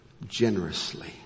generously